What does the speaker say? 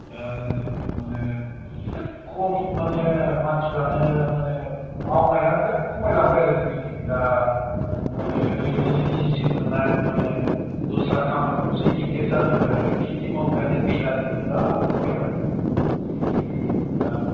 दा माने बिरात खम माने मानसिफोरानो माने मावनाया बिरात खमायलांबाय आरो जोंनिथिं दा माने ओरैनो इजि मोननाय माने दस्रा खामानिफ्रावसो इंगेज जाजोब्बाय आरो खेथि मावग्रायानो गैला जोंनाव बिरात खमायबाय दा